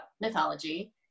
mythology